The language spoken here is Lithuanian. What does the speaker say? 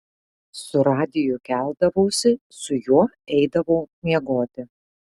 su radiju keldavausi su juo eidavau miegoti